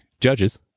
judges